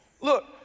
Look